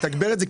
לתגבר את זה,